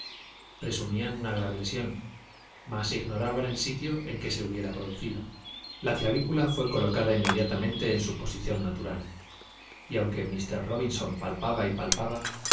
presumían una grave lesión mas ignoraban el sitio en que se hubiera producido la clavícula fué colocada inmediatamente en su posición natural y aunque míster robinson palpaba y palpaba